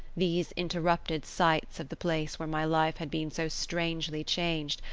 these interrupted sights of the place where my life had been so strangely changed,